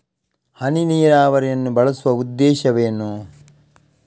ಹನಿ ನೀರಾವರಿಯನ್ನು ಬಳಸುವ ಉದ್ದೇಶವೇನು?